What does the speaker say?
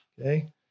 Okay